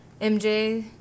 MJ